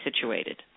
situated